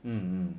mm